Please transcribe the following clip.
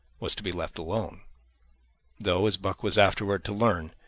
was to be left alone though, as buck was afterward to learn,